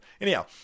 Anyhow